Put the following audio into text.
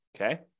okay